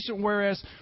whereas